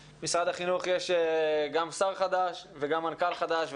בנוסף, במשרד החינוך יש לנו שר חדש ומנכ"ל חדש.